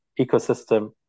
ecosystem